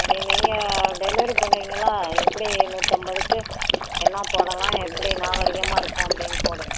சரி நீங்கள் டெலிவரி பண்ணுவீங்களா எப்படி நூற்றம்பதுக்கு என்ன போடலாம் எப்படி நாகரிகமாக இருக்கும் அப்படின்னு போடுங்கள்